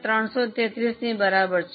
67 348333 ની બરાબર છે